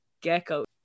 gecko